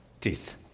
teeth